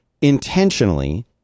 intentionally